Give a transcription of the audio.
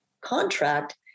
contract